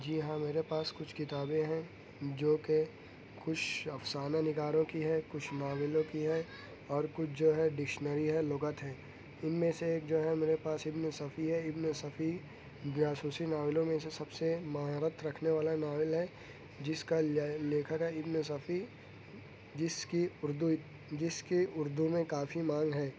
جی ہاں میرے پاس کچھ کتابیں ہیں جو کہ کچھ افسانہ نگاروں کی ہیں کچھ ناولوں کی ہیں اور کچھ جو ہے ڈکشنری ہیں لغت ہیں ان میں سے جو ہے میرے پاس ابن صفی ہے ابن صفی جاسوسی ناولوں میں سے سب سے مہارت رکھنے والا ناول ہے جس کا لیکھک ہے ابن صفی جس کی اردو جس کی اردو میں کافی مانگ ہے